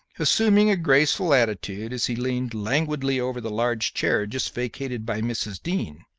assuming a graceful attitude as he leaned languidly over the large chair just vacated by mrs. dean,